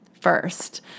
first